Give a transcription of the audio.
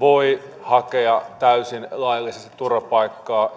voi hakea täysin laillisesti turvapaikkaa